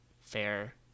fair